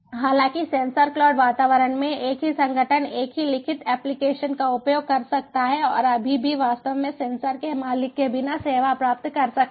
हालांकि sensor cloud वातावरण में एक ही संगठन एक ही लिखित एप्लिकेशन का उपयोग कर सकता है और अभी भी वास्तव में सेंसर के मालिक के बिना सेवा प्राप्त कर सकता है